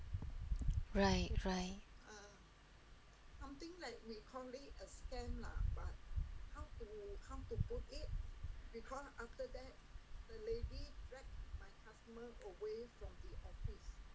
right right